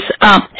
up